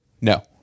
No